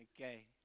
okay